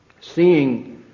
seeing